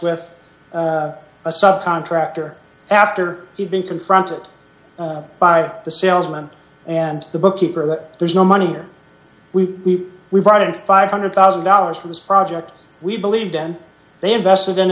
with a subcontractor after he'd been confronted by the salesman and the bookkeeper that there's no money we we brought in five hundred thousand dollars for this project we believe then they invested in